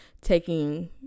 taking